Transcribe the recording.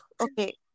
Okay